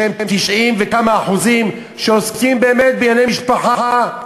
שהן 90 וכמה אחוזים, שעוסקות באמת בענייני משפחה,